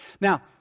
Now